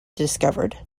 discovered